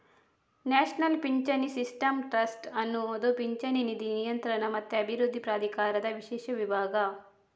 national ಪಿಂಚಣಿ system trust ಅನ್ನುದು ಪಿಂಚಣಿ ನಿಧಿ ನಿಯಂತ್ರಣ ಮತ್ತೆ ಅಭಿವೃದ್ಧಿ ಪ್ರಾಧಿಕಾರದ ವಿಶೇಷ ವಿಭಾಗ